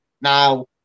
Now